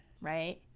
right